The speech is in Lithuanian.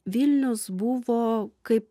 vilniaus buvo kaip